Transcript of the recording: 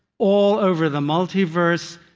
all over the multiverse,